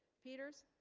peters